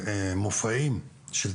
החולים.